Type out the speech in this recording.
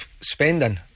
spending